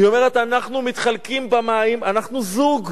היא אומרת: אנחנו מתחלקים במים, אנחנו זוג,